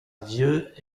vieu